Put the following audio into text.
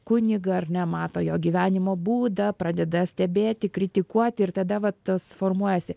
kunigą ar ne mato jo gyvenimo būdą pradeda stebėti kritikuoti ir tada va tos formuojasi